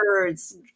Birds